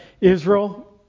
Israel